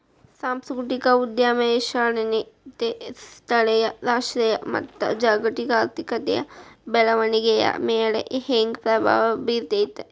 ಸಾಂಸ್ಕೃತಿಕ ಉದ್ಯಮಶೇಲತೆ ಸ್ಥಳೇಯ ರಾಷ್ಟ್ರೇಯ ಮತ್ತ ಜಾಗತಿಕ ಆರ್ಥಿಕತೆಯ ಬೆಳವಣಿಗೆಯ ಮ್ಯಾಲೆ ಹೆಂಗ ಪ್ರಭಾವ ಬೇರ್ತದ